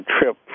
trip